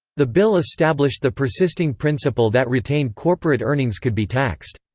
the bill established the persisting principle that retained corporate earnings could be taxed.